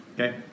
okay